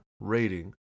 rating